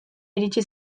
iritsi